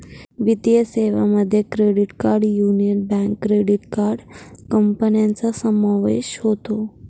वित्तीय सेवांमध्ये credit card Union Bank credit card कंपन्यांचा समावेश होतो